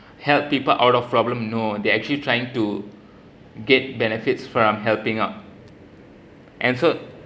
help people out of problem no they are actually trying to get benefits from helping out and so